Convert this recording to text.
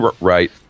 Right